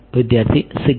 વિદ્યાર્થી સિગ્મા